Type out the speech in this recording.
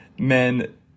Men